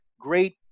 Great